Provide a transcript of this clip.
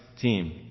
team